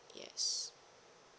yes